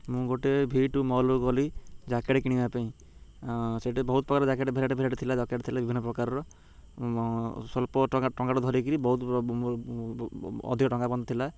ମୁଁ ଗୋଟେ V two ମଲ୍ରୁ ଗଲି ଜ୍ୟାକେଟ୍ କିଣିବା ପାଇଁ ସେଇଠି ବହୁତ ପ୍ରକାର ଜ୍ୟାକେଟ୍ ଭେରାଇଟି ଭେରାଇଟି ଥିଲା ଜ୍ୟାକେଟ୍ ଥିଲା ବିଭିନ୍ନ ପ୍ରକାରର ମୁଁ ସ୍ୱଳ୍ପ ଟଙ୍କା ଧରିକିରି ବହୁତ ଅଧିକ ଟଙ୍କା ବନ୍ଦ ଥିଲା